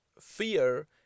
fear